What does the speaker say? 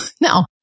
No